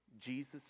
Jesus